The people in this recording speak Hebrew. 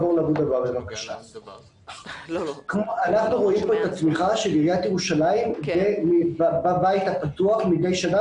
אנחנו רואים פה את התמיכה של עיריית ירושלים בבית הפתוח מדי שנה,